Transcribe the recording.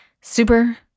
super